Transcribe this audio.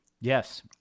Yes